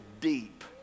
deep